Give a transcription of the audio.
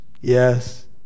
Yes